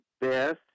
best